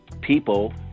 people